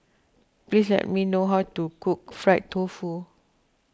please tell me how to cook Fried Tofu